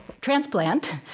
transplant